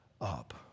up